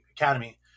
Academy